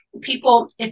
people